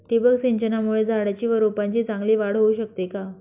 ठिबक सिंचनामुळे झाडाची व रोपांची चांगली वाढ होऊ शकते का?